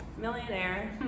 millionaire